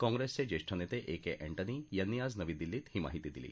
काँग्रेसचे ज्येष्ठ नेते ए के एन्टनी यांनी आज नवी दिल्लीत ही माहिती दिली